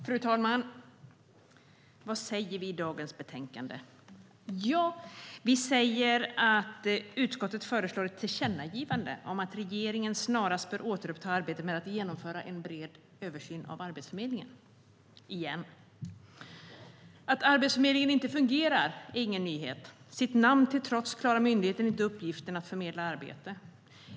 Fru talman! Vad säger vi i dagens betänkande? Jo, vi säger att utskottet föreslår ett tillkännagivande om att regeringen snarast bör återuppta arbetet med att genomföra en bred översyn av Arbetsförmedlingen, igen. Att Arbetsförmedlingen inte fungerar är ingen nyhet. Sitt namn till trots klarar myndigheten inte uppgiften att förmedla arbete.